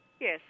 yes